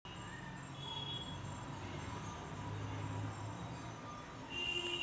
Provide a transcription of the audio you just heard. चीन आपल्या निर्यातीमुळे जगात आर्थिक शक्ती म्हणून उदयास आला आहे